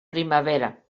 primavera